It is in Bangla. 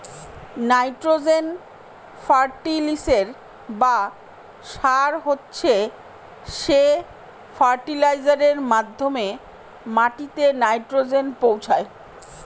নাইট্রোজেন ফার্টিলিসের বা সার হচ্ছে সে ফার্টিলাইজারের মাধ্যমে মাটিতে নাইট্রোজেন পৌঁছায়